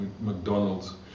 McDonald's